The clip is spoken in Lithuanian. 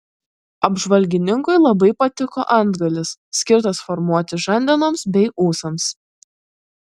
apžvalgininkui labai patiko antgalis skirtas formuoti žandenoms bei ūsams